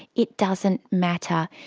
it doesn't matter.